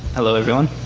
hello, everyone.